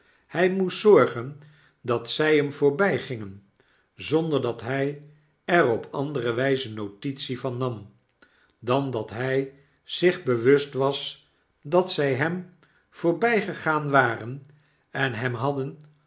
hjj moest zorgen dat zjj hem voorbj r gingen zonder dat hij er op andere wjjze notitie van nam dan dat hij zich bewust was da t zij hem voorbijgegaan waren en hem hadden